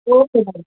okay madam